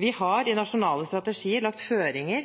Vi har i